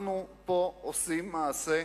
אנחנו פה עושים מעשה,